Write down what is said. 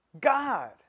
God